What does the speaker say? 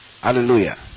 hallelujah